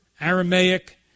Aramaic